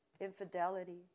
infidelity